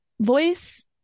voice